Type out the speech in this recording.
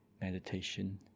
meditation